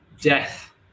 death